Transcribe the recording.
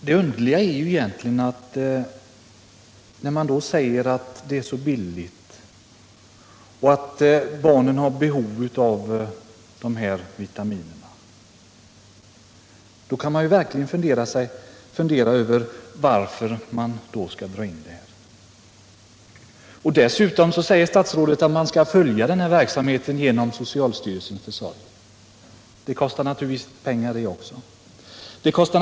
Herr talman! När det nu sägs att detta läkemedel är så billigt och att barnen har behov av de här vitaminerna kan man verkligen börja fundera över varför utdelningen skall dras in. Dessutom säger statsrådet att verksamheten skall följas genom socialstyrelsens försorg. Det kostar naturligtvis också pengar.